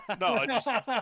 No